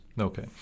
Okay